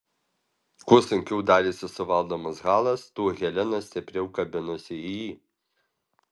kuo sunkiau darėsi suvaldomas halas tuo helena stipriau kabinosi į jį